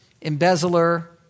embezzler